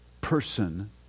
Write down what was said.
person